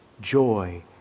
joy